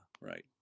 right